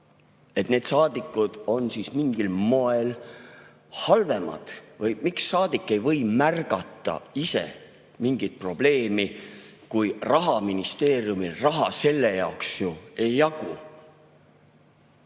need saadikud on siis mingil moel halvemad? Või miks saadik ei või märgata ise mingit probleemi, kui rahaministeeriumil raha selle jaoks ju ei